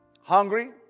Hungry